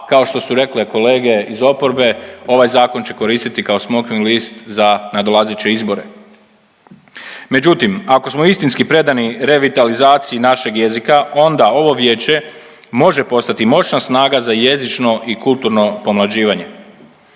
kao što su rekle kolege iz oporbe, ovaj Zakon će koristiti kao smokvin list za nadolazeće izbore. Međutim, ako smo istinski predani revitalizaciji našeg jezika, onda ovo Vijeće može postati moćna snaga za jezično i kulturno pomlađivanje.